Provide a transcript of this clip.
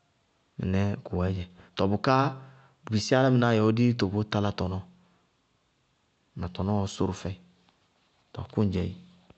Mɩnɛɛ kʋwɛɛdzɛ. Tɔɔ bʋká bʋ bisí álámɩnáá yɛ ɔɔ dí dito bʋʋ talá tɔnɔɔ, na tɔnɔɔɔ sʋrʋ fɛɩ. Kʋŋdzɛ éé.